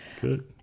Good